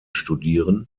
studieren